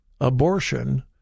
abortion